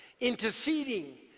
interceding